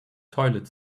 toilet